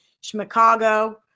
Chicago